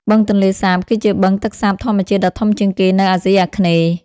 បឹងទន្លេសាបគឺជាបឹងទឹកសាបធម្មជាតិដ៏ធំជាងគេនៅអាស៊ីអាគ្នេយ៍។